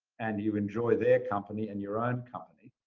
and you enjoy their company and your own company,